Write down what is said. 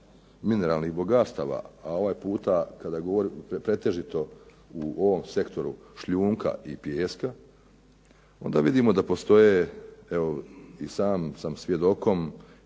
mineralnih bogatstava, a ovaj puta pretežito u ovom sektoru šljunka i pijeska onda vidimo da postoje, evo i sam sam svjedokom